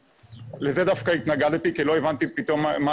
לזה דווקא התנגדתי כי לא הבנתי פתאום מה